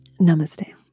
Namaste